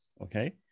okay